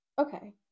Okay